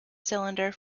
cylinder